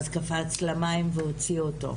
ואז הוא קפץ למים והציל אותו,